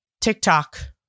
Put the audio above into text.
TikTok